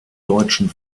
deutschen